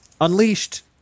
Unleashed